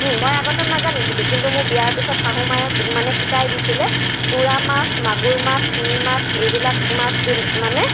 মই আগতে নাজানিছিলোঁ কিন্তু মোৰ বিয়াৰ পিছত শাহুমায়ে মোক মানে শিকাই দিছিলে তুৰা মাছ মাগুৰ মাছ শিঙি মাছ এইবিলাক মাছ মানে